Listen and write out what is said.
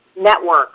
network